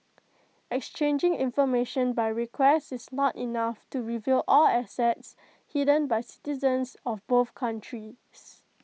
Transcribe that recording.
exchanging information by request is not enough to reveal all assets hidden by citizens of both countries